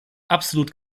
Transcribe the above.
absolut